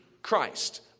Christ